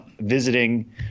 visiting